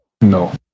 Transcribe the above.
No